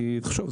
כי תחשוב,